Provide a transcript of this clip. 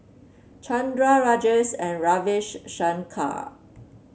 Chandra Rajesh and Ravi Shankar